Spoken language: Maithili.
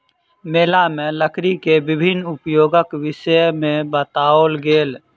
मेला में लकड़ी के विभिन्न उपयोगक विषय में बताओल गेल